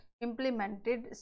implemented